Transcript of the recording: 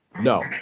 No